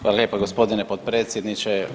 Hvala lijepo g. potpredsjedniče.